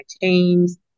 teams